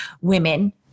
women